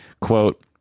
Quote